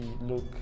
look